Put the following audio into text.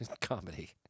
comedy